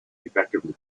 effectively